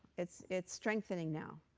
it's it's strengthening now.